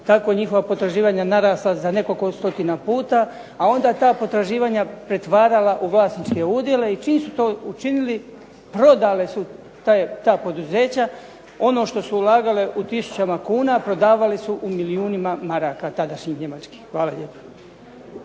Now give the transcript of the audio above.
tako njihova potraživanja narasla za nekoliko stotina puta, a onda ta potraživanja pretvarala u vlasničke udjele. I čim su to učinili prodale su ta poduzeća, ono što su ulagale u tisuća kuna, prodavale su u milijunima maraka tadašnjih njemačkih. Hvala lijepo.